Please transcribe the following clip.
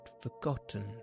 forgotten